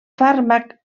fàrmac